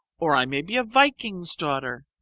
or i may be a viking's daughter,